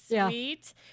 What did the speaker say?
sweet